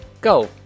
go